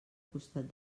costat